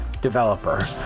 Developer